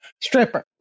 stripper